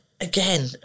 again